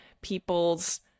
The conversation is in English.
people's